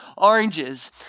oranges